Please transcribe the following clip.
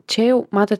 čia jau matot